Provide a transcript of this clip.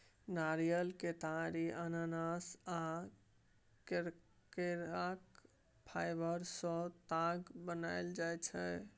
नारियर, केतारी, अनानास आ केराक फाइबर सँ ताग बनाएल जाइ छै